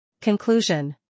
Conclusion